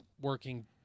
working